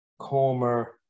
Comer